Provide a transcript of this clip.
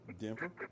Denver